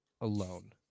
alone